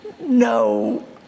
No